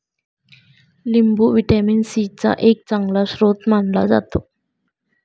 लिंबू vitamin C चा एक चांगला स्रोत मानला जातो